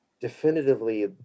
definitively